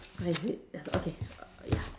oh is it oh okay err ya